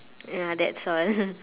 ya that's all